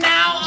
Now